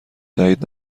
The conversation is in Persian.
تأیید